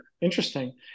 Interesting